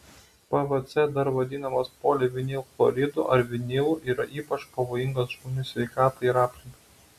pvc dar vadinamas polivinilchloridu ar vinilu yra ypač pavojingas žmonių sveikatai ir aplinkai